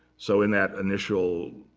so in that initial